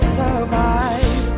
survive